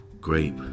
grape